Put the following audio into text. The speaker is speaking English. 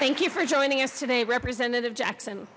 thank you for joining us today representative jackson